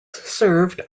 served